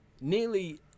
Nearly